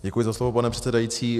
Děkuji za slovo, pane předsedající.